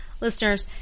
listeners